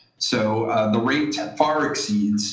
so the rate far exceeds